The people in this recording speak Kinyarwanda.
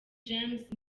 james